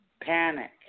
panic